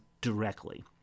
directly